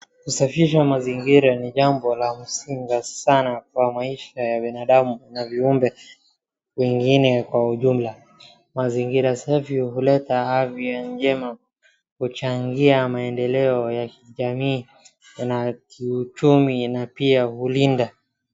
Kusafisha mazingira ni jambo la msingi sana kwa maisha ya binadamu na viumbe wengine kwa jumla, mazingira safi huleta afya njema, huchangia maendeleo ya kijamii na kiuchumi na pia hulinda.